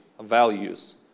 values